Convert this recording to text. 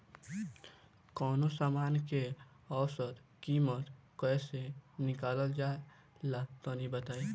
कवनो समान के औसत कीमत कैसे निकालल जा ला तनी बताई?